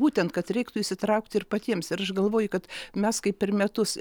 būtent kad reiktų įsitraukti ir patiems ir aš galvoju kad mes kaip per metus